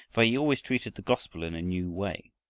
for he always treated the gospel in a new way.